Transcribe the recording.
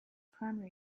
primary